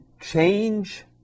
change